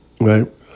right